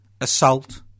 assault